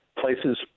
places